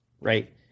Right